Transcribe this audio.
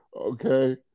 Okay